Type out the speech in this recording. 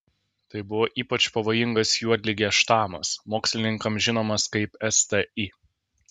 tai buvo ypač pavojingas juodligės štamas mokslininkams žinomas kaip sti